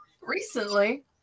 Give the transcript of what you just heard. recently